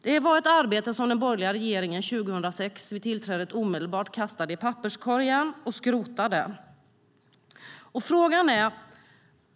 Detta arbete kastade den borgerliga regeringen vid tillträdet 2006 omedelbart i papperskorgen och skrotade.